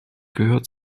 gehört